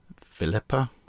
Philippa